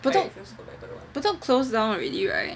Bedok Bedok closed down already right